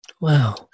Wow